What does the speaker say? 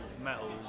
metal